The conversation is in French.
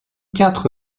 quatre